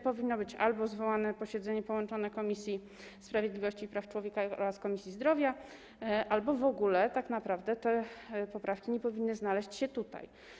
Powinno być albo zwołane posiedzenie połączonych Komisji Sprawiedliwości i Praw Człowieka oraz Komisji Zdrowia albo w ogóle tak naprawdę te poprawki nie powinny znaleźć się tutaj.